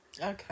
Okay